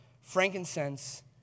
frankincense